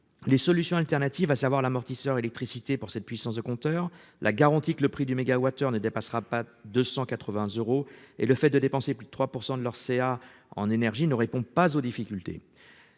Les solutions alternatives, à savoir l'amortisseur électricité pour cette puissance de compteur la garantie que le prix du mégawattheure ne dépassera pas 280 euros et le fait de dépenser plus de 3% de leur CA en énergie ne répond pas aux difficultés